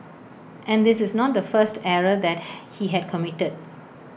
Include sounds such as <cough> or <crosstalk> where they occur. and this is not the first error that <noise> he had committed